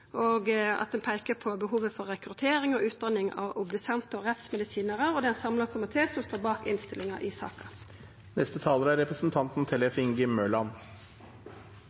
peikar òg på behovet for rekruttering og utdanning av obdusentar og rettsmedisinarar. Det er ein samla komité som står bak innstillinga i saka.